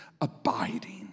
abiding